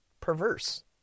Perverse